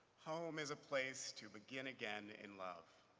home is a place to begin again in love.